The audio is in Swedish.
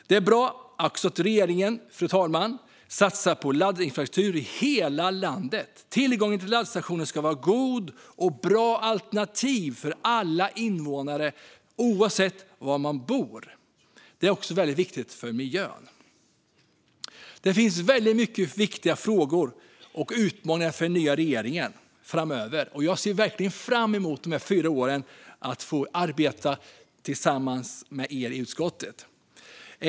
Det är bra, fru talman, att regeringen också satsar på laddinfrastruktur i hela landet. Tillgången till laddstationer ska vara god, och detta ska vara ett bra alternativ för alla invånare oavsett var de bor. Det är också väldigt viktigt för miljön. Det finns många viktiga frågor och utmaningar för den nya regeringen framöver. Jag ser verkligen fram emot de här fyra åren och att få arbeta tillsammans med er i utskottet.